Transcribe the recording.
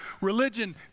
Religion